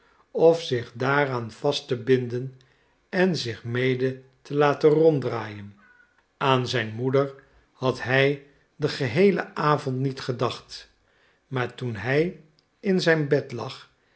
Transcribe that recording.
of zich daaraan vast te binden en zich mede te laten ronddraaien aan zijn moeder had hij den geheelen avond niet gedacht maar toen hij in zijn bed lag